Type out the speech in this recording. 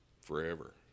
forever